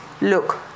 look